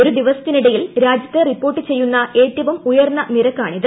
ഒരു ദിവസത്തിനിടയിൽ രാജ്യത്ത് റിപ്പോർട്ട് ചെയ്യുന്ന ഏറ്റവും ഉയർന്ന നിരക്കാണിത്